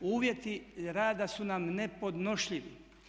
Uvjeti rada su nam nepodnošljivi.